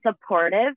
supportive